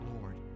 Lord